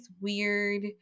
weird